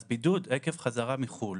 אז בידוד עקב חזרה מחו"ל,